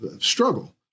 struggle